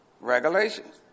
regulations